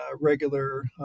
regular